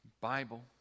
Bible